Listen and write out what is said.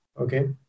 Okay